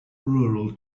rural